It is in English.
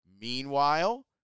Meanwhile